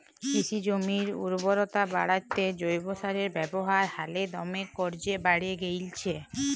কিসি জমির উরবরতা বাঢ়াত্যে জৈব সারের ব্যাবহার হালে দমে কর্যে বাঢ়্যে গেইলছে